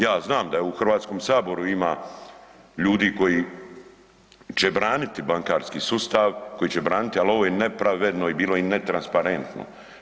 Ja znam da je u HS-u ima ljudi koji će braniti bankarski sustav, koji će braniti, ali ovo je nepravedno i bilo i netransparentno.